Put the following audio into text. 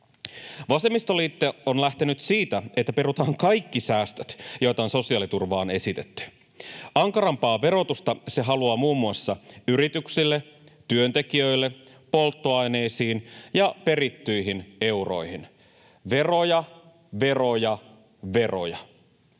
Vasemmistoliitto on lähtenyt siitä, että perutaan kaikki säästöt, joita on sosiaaliturvaan esitetty. Ankarampaa verotusta se haluaa muun muassa yrityksille, työntekijöille, polttoaineisiin ja perittyihin euroihin — veroja, veroja, veroja.